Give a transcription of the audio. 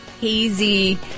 hazy